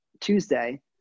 Tuesday